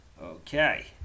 Okay